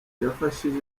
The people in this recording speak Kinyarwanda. yafashije